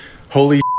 holy